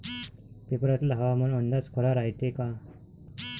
पेपरातला हवामान अंदाज खरा रायते का?